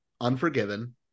Unforgiven